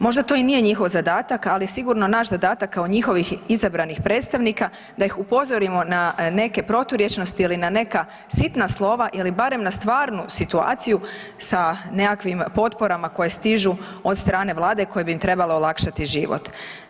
Možda to i nije njihov zadatak, ali sigurno naš zadatak kao njihovih izabranih predstavnika da ih upozorimo na neke proturječnosti ili na neka sitna slova ili barem na stvarnu situaciju sa nekakvim potporama koje stižu od strane vlade koje bi im trebale olakšati život.